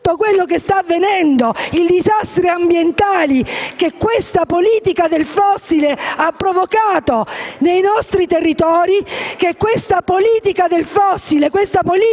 tutto quello che sta avvenendo, come i disastri ambientali che questa politica del fossile ha provocato nei nostri territori, che questa politica del fossile, questa politica